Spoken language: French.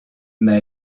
mais